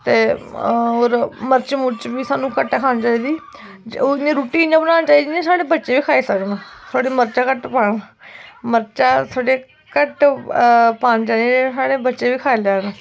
ते होर मर्च मुर्च बी सानू घट्ट गै खानी चाहिदी रुट्टी इ'यां बनानी चाहिदी साढ़े बच्चे बी खाई सकन थोह्ड़ा मर्चां घट्ट पान मर्चां थोह्ड़ियां घट्ट पानियां चाहिदियां साढ़े बच्चे बी खाई लैन